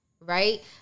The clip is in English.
Right